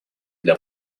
для